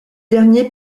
derniers